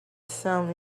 sounds